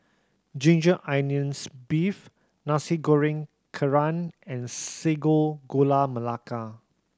ginger onions beef Nasi Goreng Kerang and Sago Gula Melaka